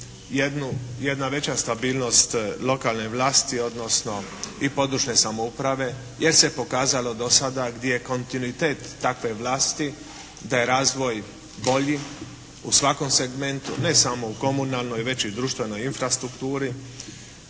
jedna veća stabilnost lokalne vlasti, odnosno i područne samouprave jer se pokazalo do sada gdje kontinuitet takve vlasti da je razvoj bolji u svakom segmentu, ne samo u komunalnoj, već i društvenoj infrastrukturi.